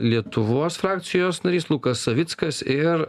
lietuvos frakcijos narys lukas savickas ir